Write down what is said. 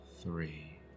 three